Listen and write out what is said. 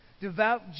Devout